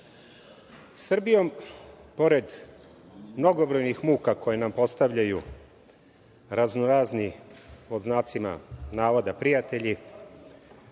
govorim. Srbijom pored mnogobrojnih muka koje nam postavljaju raznorazni pod znacima navoda prijatelji,